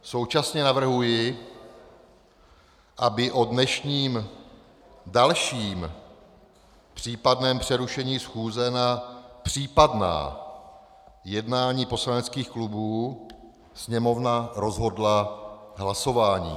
Současně navrhuji, aby o dnešním dalším případném přerušení schůze na případná jednání poslaneckých klubů Sněmovna rozhodla hlasováním.